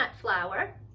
flour